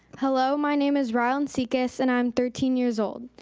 hello, my name is rylin sekas and i'm thirteen years old.